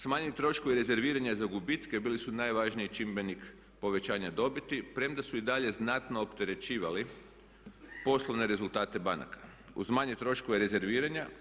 Smanjeni troškovi rezerviranja za gubitke bili su najvažniji čimbenik povećanja dobiti premda su i dalje znatno opterećivali poslovne rezultate banaka uz manje troškove rezerviranja.